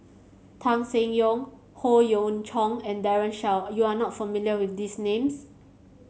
Tan Seng Yong Howe Yoon Chong and Daren Shiau you are not familiar with these names